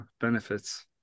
benefits